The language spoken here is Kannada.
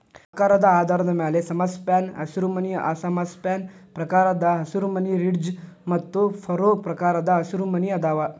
ಆಕಾರದ ಆಧಾರದ ಮ್ಯಾಲೆ ಸಮಸ್ಪ್ಯಾನ್ ಹಸಿರುಮನಿ ಅಸಮ ಸ್ಪ್ಯಾನ್ ಪ್ರಕಾರದ ಹಸಿರುಮನಿ, ರಿಡ್ಜ್ ಮತ್ತು ಫರೋ ಪ್ರಕಾರದ ಹಸಿರುಮನಿ ಅದಾವ